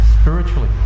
spiritually